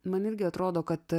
man irgi atrodo kad